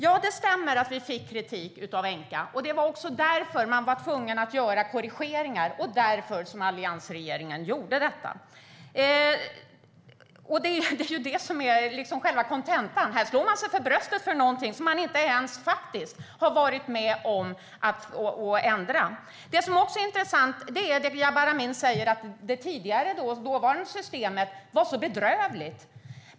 Ja, det stämmer att vi fick kritik av Enqa. Det var därför vi var tvungna att göra korrigeringar, vilket alliansregeringen också gjorde. Det är ju det som är själva kontentan. Här slår man sig för bröstet för någonting som man faktiskt inte ens har varit med om att ändra. Det är intressant att Jabar Amin säger att det tidigare systemet var så bedrövligt.